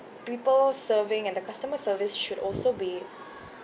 people serving and the customer service should also be